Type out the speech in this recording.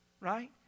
right